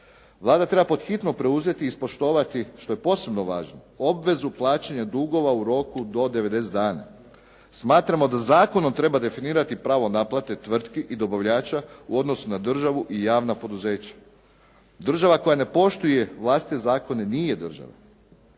Vlada treba pod hitno preuzeti, ispoštovati, što je posebno važno, obvezu plaćanja dugova u roku do 90 dana. Smatramo da zakonom treba definirati pravo naplate tvrtki i dobavljača u odnosu na državu i javna poduzeća. Država koja ne poštuje vlastite zakone nije država.